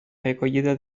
recollida